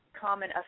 common